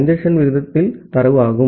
congestion விகிதத்தில் தரவு ஆகும்